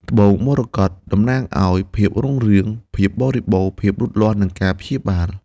ត្បូងមរកត តំណាងឱ្យ ភាពរុងរឿង ភាពបរិបូរណ៍ ភាពលូតលាស់ និងការព្យាបាល។